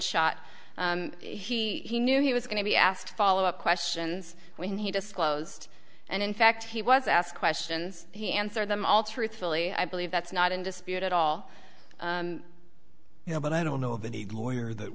shot he knew he was going to be asked follow up questions when he disclosed and in fact he was asked questions he answered them all truthfully i believe that's not in dispute at all you know but i don't know of any lawyer that